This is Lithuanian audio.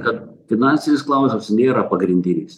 kad finansinis klausimas nėra pagrindinis